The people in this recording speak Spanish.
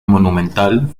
monumental